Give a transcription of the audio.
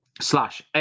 slash